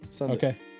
Okay